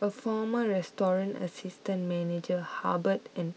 a former restaurant assistant manager harboured an